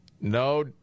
No